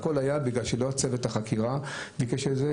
הכל היה בגלל שלא צוות החקירה ביקש את זה,